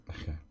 Okay